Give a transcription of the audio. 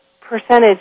percentage